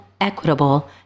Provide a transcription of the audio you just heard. equitable